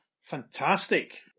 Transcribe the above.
Fantastic